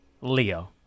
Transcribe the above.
Leo